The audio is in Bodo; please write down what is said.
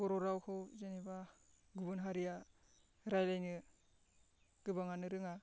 बर' रावखौ जेनोबा गुबुन हारिया रायज्लायनो गोबाङानो रोङा